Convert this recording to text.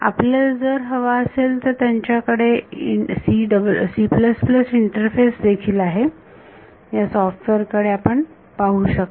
आपल्याला जर हवा असेल तर त्यांच्याकडे C इंटरफेस देखील आहे या सॉफ्टवेअर कडे आपण पाहू शकता